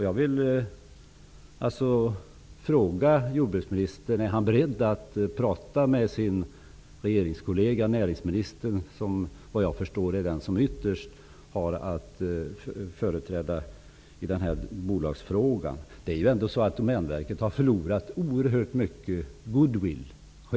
Jag vill fråga jordbruksministern om han är beredd att tala med sin regeringskollega näringsministern, som vad jag förstår är den som ytterst har att företräda regeringen när det gäller bolaget. Domänverket har förlorat oerhört mycket goodwill.